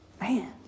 man